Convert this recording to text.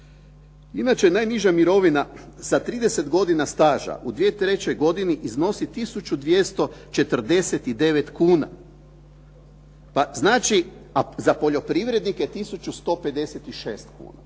Inače najniža mirovina sa 30 godina staža u 2003. godini iznosi 1249 kuna. Pa znači a za poljoprivrednike 1156 kuna.